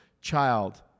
child